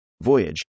Voyage